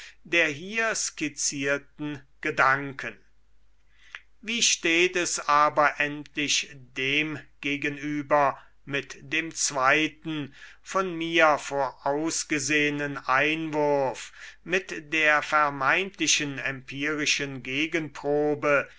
der hier skizzierten gedanken wie steht es aber endlich demgegenüber mit dem zweiten von mir vorausgesehenen einwurf mit der vermeintlichen empirischen gegenprobe